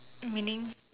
meaning